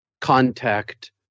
contact